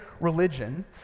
religion